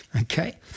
Okay